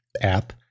app